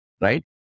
Right